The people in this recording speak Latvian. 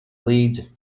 līdzi